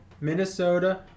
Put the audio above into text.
Minnesota